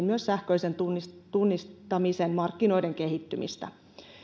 myös sähköisen tunnistamisen markkinoiden kehittymistä